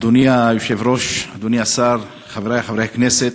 אדוני היושב-ראש, אדוני השר, חברי חברי הכנסת,